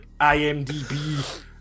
IMDb